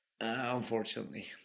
unfortunately